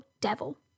devil